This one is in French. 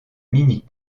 mini